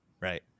Right